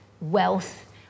wealth